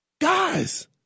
Guys